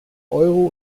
euro